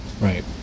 Right